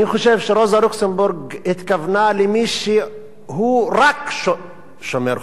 אני חושב שרוזה לוקסמבורג התכוונה למי שהוא רק שומר חומות,